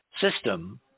system